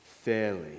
Fairly